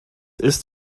ist